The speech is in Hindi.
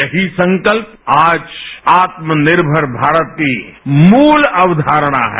यही संकल्प आज आत्मनिर्मर भारत की मूल अक्षारणा है